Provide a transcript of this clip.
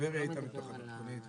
טבריה הייתה בתוך התוכנית.